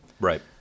Right